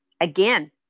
again